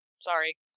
Sorry